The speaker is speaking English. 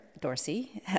Dorsey